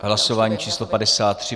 Hlasování číslo 53.